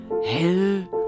hell